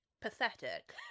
pathetic